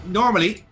normally